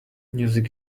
music